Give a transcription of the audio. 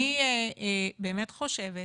אני באמת חושבת